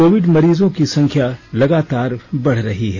Covid मरीजों की संख्या लगातार बढ़ रही है